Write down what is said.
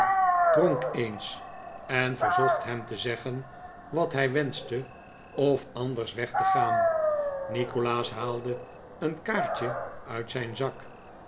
dronk eens en verzocht hem te zeggen wat hij wenschte of anders weg te gaan nikolaas haalde een kaartje uit zijn zak